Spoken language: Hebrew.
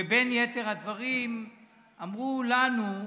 ובין יתר הדברים אמרו לנו: